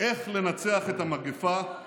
איך לנצח את המגפה, גם